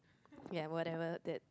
ya whatever that